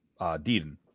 Deedon